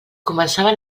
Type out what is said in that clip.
començava